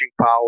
power